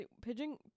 Pigeon